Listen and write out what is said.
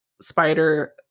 spider